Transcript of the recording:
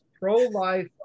pro-life